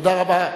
תודה רבה.